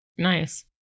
Nice